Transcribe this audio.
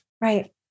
right